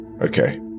Okay